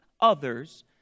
others